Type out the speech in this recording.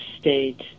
state